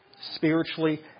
spiritually